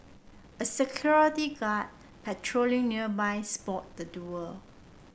a security guard patrolling nearby spot the duo